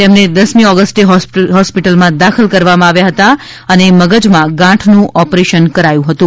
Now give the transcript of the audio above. તેમને દસમી ઓગસ્ટે હોસ્પિટલમાં દાખલ કરવામાં આવ્યા હતા અને મગજમાં ગાંઠનું ઓપરેશન કરાયું હતું